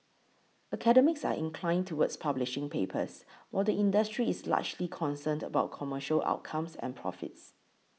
academics are inclined towards publishing papers while the industry is largely concerned about commercial outcomes and profits